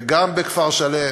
וגם בכפר-שלם,